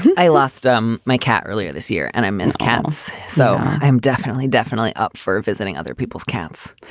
i lost um my cat earlier this year and i miss cats so i'm definitely, definitely up for visiting other people's cats.